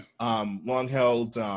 long-held